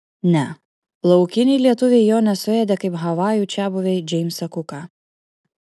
ne laukiniai lietuviai jo nesuėdė kaip havajų čiabuviai džeimsą kuką